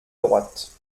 droite